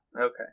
Okay